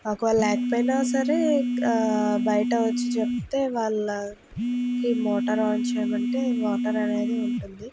ఒకవేళ లేకపోయినా సరే బయట వచ్చి చెప్తే వాళ్ళ కి మోటార్ ఆన్ చేయమంటే వాటర్ అనేది ఉంటుంది